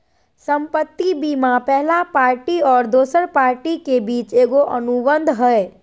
संपत्ति बीमा पहला पार्टी और दोसर पार्टी के बीच एगो अनुबंध हइ